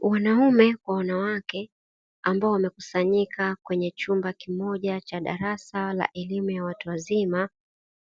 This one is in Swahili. Wanaume kwa wanawake ambao wamekusanyika kwenye chumba kimoja cha darasa la elimu wa watu wazima,